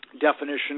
definition